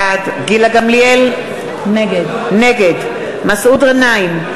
בעד גילה גמליאל, נגד מסעוד גנאים,